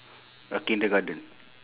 a kindergarten